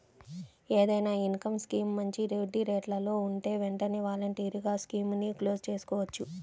ఏదైనా income scheme మంచి వడ్డీరేట్లలో ఉంటే వెంటనే వాలంటరీగా స్కీముని క్లోజ్ చేసుకోవచ్చు